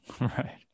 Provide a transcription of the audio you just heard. right